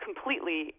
Completely